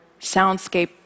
soundscape